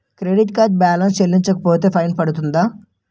Credit card balance చెల్లించకపోతే fine పడ్తుంద?